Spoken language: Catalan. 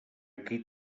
qui